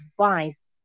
advice